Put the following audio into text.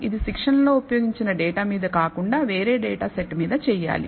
ఇది శిక్షణలో ఉపయోగించిన డేటా మీద కాకుండా వేరే డేటా సెట్ మీద చేయాలి